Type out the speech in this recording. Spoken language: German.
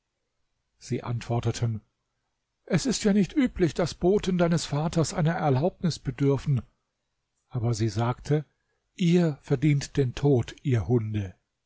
sie antworteten es ist ja nicht üblich daß boten deines vaters einer erlaubnis bedürfen aber sie sagte ihr verdient den tod ihr hunde